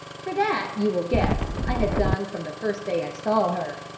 for that you will guess i had done from the first day i saw her,